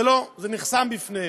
זה נחסם בפניהם.